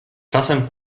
czasem